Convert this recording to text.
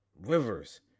Rivers